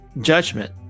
judgment